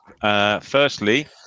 Firstly